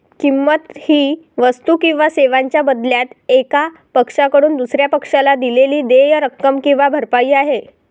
किंमत ही वस्तू किंवा सेवांच्या बदल्यात एका पक्षाकडून दुसर्या पक्षाला दिलेली देय रक्कम किंवा भरपाई आहे